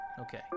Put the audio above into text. Okay